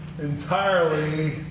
entirely